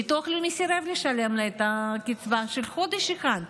ביטוח לאומי סירב לשלם לה את הקצבה של חודש אחד,